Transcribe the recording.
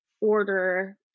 order